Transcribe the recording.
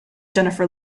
jennifer